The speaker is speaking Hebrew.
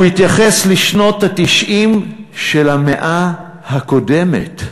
הוא התייחס לשנות ה-90 של המאה הקודמת,